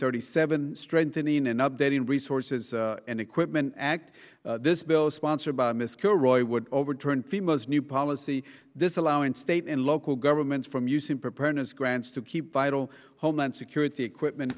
thirty seven strengthening and updating resources and equipment act this bill sponsored by mr roy would overturn female's new policy this allow in state and local governments from using preparedness grants to keep vital homeland security equipment